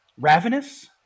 ravenous